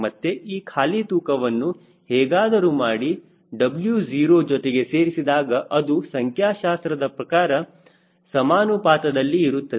ಮತ್ತೆ ಈ ಖಾಲಿ ತೂಕವನ್ನು ಹೇಗಾದರೂ ಮಾಡಿ W0 ಜೊತೆಗೆ ಸೇರಿಸಿದಾಗ ಅದು ಸಂಖ್ಯಾಶಾಸ್ತ್ರದ ಪ್ರಕಾರ ಸಮಾನುಪಾತದಲ್ಲಿ ಇರುತ್ತದೆ